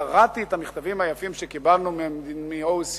קראתי את המכתבים היפים שקיבלנו מה-OECD,